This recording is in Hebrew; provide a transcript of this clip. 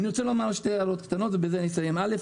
שתי הערות לסיום: הראשונה,